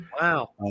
wow